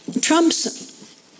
Trump's